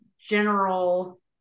general